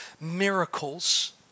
miracles